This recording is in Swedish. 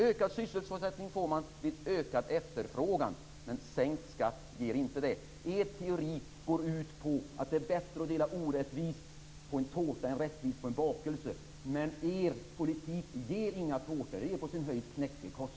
Ökad sysselsättning får man vid ökad efterfrågan, men sänkt skatt ger inte det. Er teori går ut på att det är bättre att dela orättvist på en tårta än rättvist på en bakelse. Men er politik ger inga tårtor. Den ger på sin höjd knäckebröd.